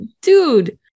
dude